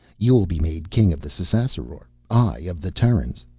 you'll be made king of the ssassaror i, of the terrans.